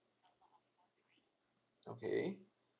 okay